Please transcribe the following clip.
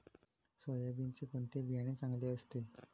सोयाबीनचे कोणते बियाणे चांगले असते?